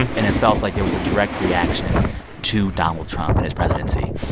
and it felt like it was a direct reaction to donald trump and his presidency.